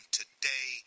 today